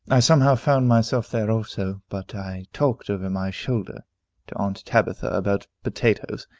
i somehow found myself there also but i talked over my shoulder to aunt tabitha about potatoes.